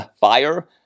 fire